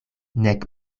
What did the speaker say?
nek